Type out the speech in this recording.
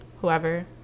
whoever